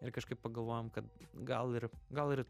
ir kažkaip pagalvojom kad gal ir gal ir